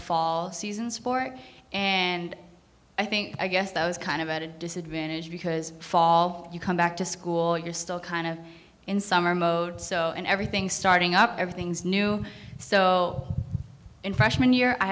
fall season sport and i think i guess those kind of at a disadvantage because fall you come back to school you're still kind of in summer mode so and everything starting up everything's new so in freshman year i